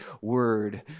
word